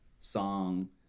song